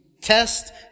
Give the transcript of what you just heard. test